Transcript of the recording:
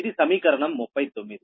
ఇది సమీకరణం 39